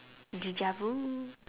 Dejavu